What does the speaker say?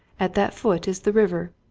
at that foot is the river.